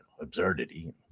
absurdity